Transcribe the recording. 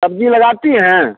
सब्जी लगाती हैं